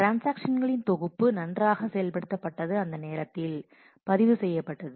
ட்ரான்ஸாக்ஷன்ஸ்களின் தொகுப்பு நன்றாக செயல்படுத்தப்பட்டது அந்த நேரத்தில் பதிவு செய்யப்பட்டது